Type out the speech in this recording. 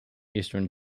eastern